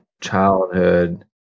childhood